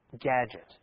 gadget